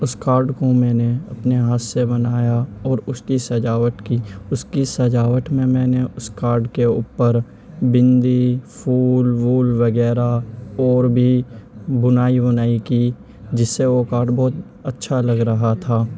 اس card کو میں نے اپنے ہاتھ سے بنایا اور اس کی سجاوٹ کی اس کی سجاوٹ میں میں نے اس کاڈ کے اوپر بندی پھول وول وغیرہ اور بھی بنائی ونائی کی جس سے وہ کاڈ بہت اچھا لگ رہا تھا